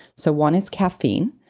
so one is caffeine.